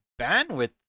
bandwidth